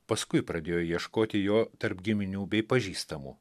paskui pradėjo ieškoti jo tarp giminių bei pažįstamų